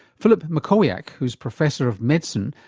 philip mackowiak, who's professor of medicine,